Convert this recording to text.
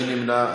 מי נמנע?